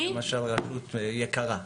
רשות יקרה,